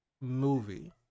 movie